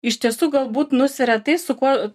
iš tiesų galbūt nusveria tai su kuo